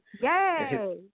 Yay